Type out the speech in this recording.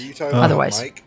otherwise